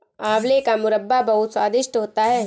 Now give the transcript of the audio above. आंवले का मुरब्बा बहुत स्वादिष्ट होता है